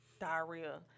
diarrhea